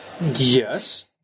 Yes